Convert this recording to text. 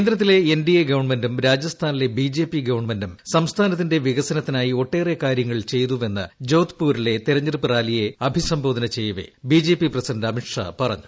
കേന്ദ്രത്തിലെ എൻഡിഎ ഗവണ്മെന്റും രാജസ്ഥാനിലെ ബിജെപി ഗവണ്മെന്റും സംസ്ഥാനത്തിന്റെ വികസനത്തിനായി ഒട്ടേറെ കാര്യങ്ങൾ ചെയ്തുവെന്ന് ജോദ്പൂരിലെ തെരഞ്ഞെടുപ്പ് റാലിയെ അഭിസംബോധന ചെയ്യവെ ബിജെപി പ്രസിഡന്റ് അമിത്ഷാ പറഞ്ഞു